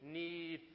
need